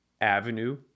avenue